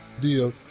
deal